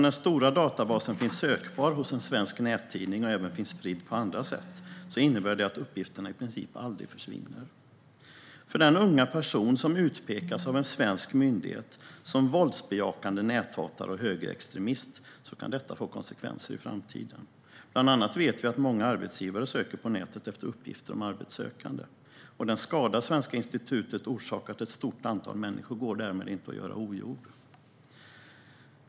Den stora databasen finns sökbar hos en svensk nättidning och finns även spridd på andra sätt, vilket innebär att uppgifterna i princip aldrig försvinner. För den unga person som utpekas av en svensk myndighet som våldsbejakande näthatare och högerextremist kan detta få konsekvenser i framtiden. Bland annat vet vi att många arbetsgivare söker på nätet efter uppgifter om arbetssökande. Den skada som Svenska institutet orsakat ett stort antal människor går därmed inte att göra ogjord.